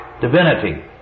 divinity